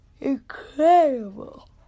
incredible